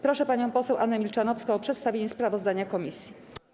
Proszę panią poseł Annę Milczanowską o przedstawienie sprawozdania komisji.